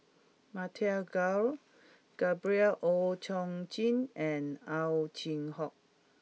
Matthew Ngui Gabriel Oon Chong Jin and Ow Chin Hock